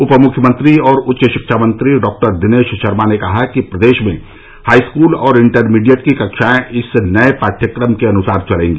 उप मुख्यमंत्री और उच्च शिक्षा मंत्री डॉ दिनेश शर्मा ने कहा कि प्रदेश में हाईस्कूल और इंटरमीडिएट की कक्षाएं इस नए पाठ्यक्रम के अनुसार चलेंगी